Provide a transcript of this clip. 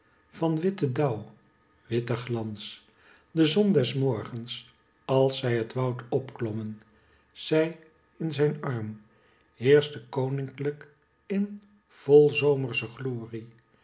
van witten dauw witten glans de zon des morgens als zij het woud opklommen zij in zijn arm heerschte koninklijk in volzomersche glorie